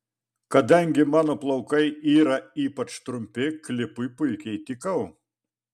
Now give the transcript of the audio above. kadangi mano plaukai yra ypač trumpi klipui puikiai tikau